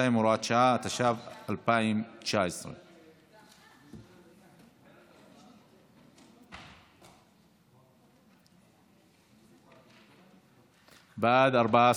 52, הוראת שעה), התש"ף 2019. סעיפים 1 2 נתקבלו.